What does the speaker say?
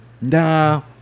Nah